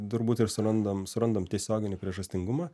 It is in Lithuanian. turbūt ir surandam surandam tiesioginį priežastingumą